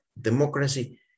democracy